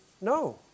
no